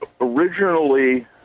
originally